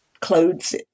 Clothes